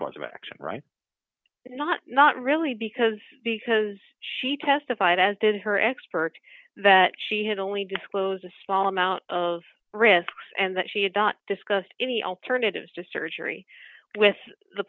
course of action right not not really because because she testified as did her expert that she had only disclosed a small amount of risks and that she had not discussed any alternatives to surgery with the